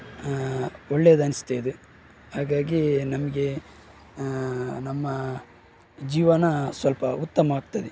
ಒಳ್ಳೆಯದು ಅನ್ನಿಸ್ತಿದೆ ಹಾಗಾಗಿ ನಮಗೆ ನಮ್ಮ ಜೀವನ ಸ್ವಲ್ಪ ಉತ್ತಮವಾಗ್ತದೆ